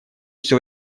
все